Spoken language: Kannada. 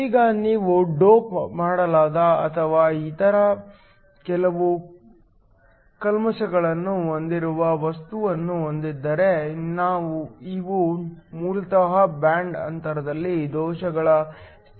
ಈಗ ನೀವು ಡೋಪ್ ಮಾಡಲಾದ ಅಥವಾ ಇತರ ಕೆಲವು ಕಲ್ಮಶಗಳನ್ನು ಹೊಂದಿರುವ ವಸ್ತುವನ್ನು ಹೊಂದಿದ್ದರೆ ಇವು ಮೂಲತಃ ಬ್ಯಾಂಡ್ ಅಂತರದಲ್ಲಿ ದೋಷಗಳ ಸ್ಥಿತಿಗೆ ಕಾರಣವಾಗುತ್ತವೆ